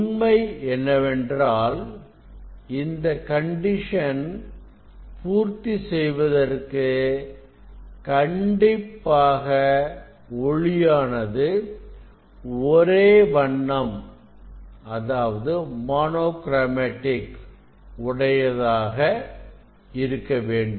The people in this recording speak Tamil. உண்மை என்னவென்றால் இந்த கண்டிஷனை பூர்த்தி செய்வதற்கு கண்டிப்பாக ஒளியானது ஒரே வண்ணம் உடையதாக இருக்க வேண்டும்